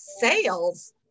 sales